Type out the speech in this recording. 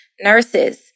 Nurses